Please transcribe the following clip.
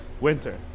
Winter